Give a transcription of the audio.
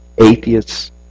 atheists